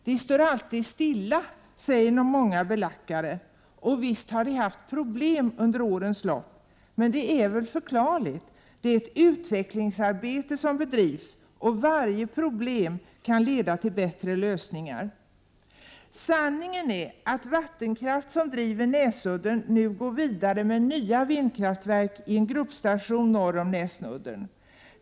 De står alltid stilla, säger många belackare. Och visst har de haft problem under årens lopp, men det är väl förklarligt; det är ett utvecklingsarbete som bedrivs, och varje problem kan leda till bättre lösningar. Sanningen är att Vattenkraft, som driver Näsudden, nu går vidare med nya vindkraftverk i en gruppstation norr om Näsudden.